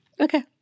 Okay